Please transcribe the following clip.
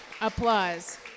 applause